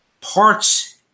parts